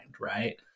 right